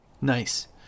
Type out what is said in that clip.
Nice